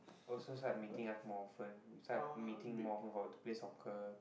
also start meeting us more often we start meeting more often to play soccer